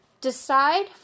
decide